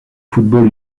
football